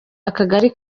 akagari